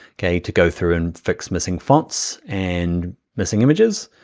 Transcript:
okay? to go through and fix missing fonts and missing images,